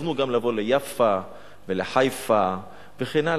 התכוונו גם לבוא ליפא ולחיפה וכן הלאה.